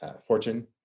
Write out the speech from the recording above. Fortune